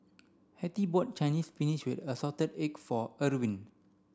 Hettie bought Chinese spinach with assorted eggs for Erving